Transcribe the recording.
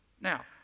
Now